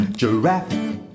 Giraffe